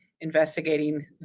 investigating